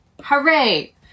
Hooray